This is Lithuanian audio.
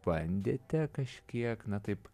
bandėte kažkiek na taip